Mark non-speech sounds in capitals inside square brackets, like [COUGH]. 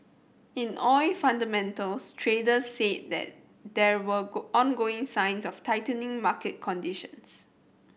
in oil fundamentals traders said that there were [UNINTELLIGIBLE] ongoing signs of tightening market conditions